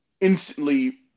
instantly